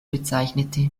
bezeichnete